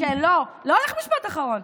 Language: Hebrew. לא, איך משפט אחרון?